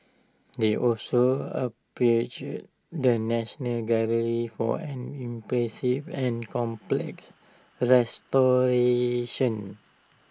they also applauded the national gallery for an impressive and complex restoration